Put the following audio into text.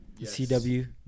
CW